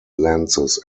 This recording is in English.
lenses